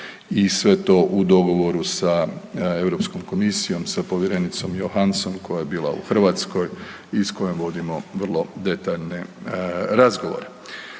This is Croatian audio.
i sve to u dogovoru sa Europskom komisijom, sa povjerenicom Johansson koja je bila u Hrvatskoj i s kojom vodimo vrlo detaljne razgovore.